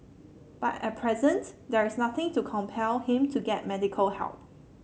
but at present there is nothing to compel him to get medical help